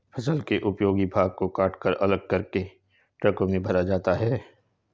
फसल के उपयोगी भाग को कटकर अलग करके ट्रकों में भरा जाता है